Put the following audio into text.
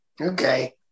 Okay